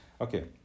okay